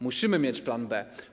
Musimy mieć plan B.